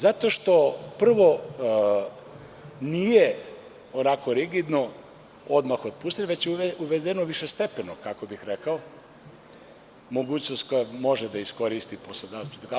Zato što prvo nije onako rigidno odmah otpuštanje, već je uvedeno višestepeno, mogućnost koju može da iskoristi poslodavac.